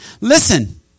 Listen